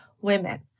women